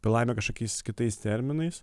apie laimę kažkokiais kitais terminais